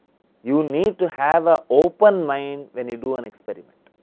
you need to have a open mind when you do an experiment.